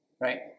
right